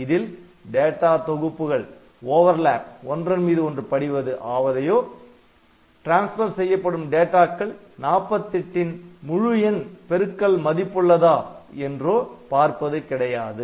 இதில் டேட்டா தொகுப்புகள் overlap overlap ஒன்றன் மீது ஒன்று படிவது ஆவதையோ ட்ரான்ஸ்பர் செய்யப்படும் டேட்டாக்கள் 48 ன் முழுஎண் பெருக்கல் மதிப்புள்ளதா என்றோ பார்ப்பது கிடையாது